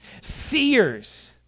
Seers